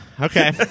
Okay